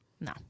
No